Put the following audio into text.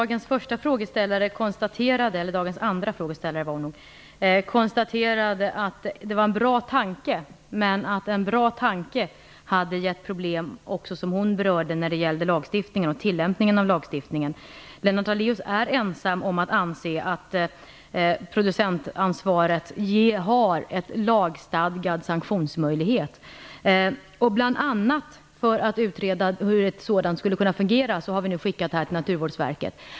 Herr talman! I debatten om mitt andra svar i dag sade frågeställaren att det var en bra tanke, men att en bra tanke hade gett problem när det gällde lagstiftningen och tillämpningen av lagstiftningen. Lennart Daléus är ensam om att anse att producentansvaret innefattar en lagstadgad sanktionsmöjlighet. Bl.a. för att utreda hur ett sådant skulle kunna fungera har vi nu skickat det här till Naturvårdsverket.